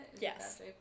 Yes